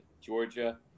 Georgia